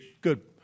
Good